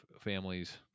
families